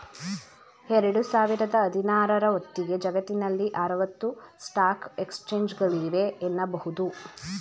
ಎರಡು ಸಾವಿರದ ಹದಿನಾರ ರ ಹೊತ್ತಿಗೆ ಜಗತ್ತಿನಲ್ಲಿ ಆರವತ್ತು ಸ್ಟಾಕ್ ಎಕ್ಸ್ಚೇಂಜ್ಗಳಿವೆ ಎನ್ನುಬಹುದು